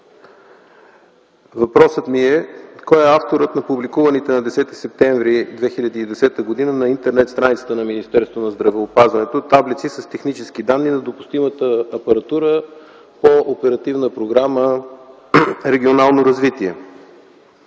Въпросът ми е: кой е авторът на публикуваните на 10 септември 2010 г. на интернет страницата на Министерството на здравеопазването таблици с технически данни за допустимата апаратура по Оперативна програма „Регионално развитие”?